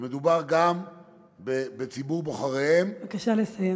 ומדובר גם בציבור בוחריהם, בבקשה לסיים.